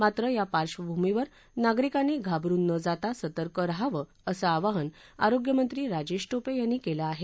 मात्र या पार्श्वभूमीवर नागरिकांनी घाबरून न जाता सतर्क रहावं असं आवाहन आरोग्यमंत्री राजेश टोपे यांनी केलं आहे